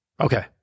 Okay